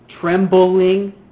trembling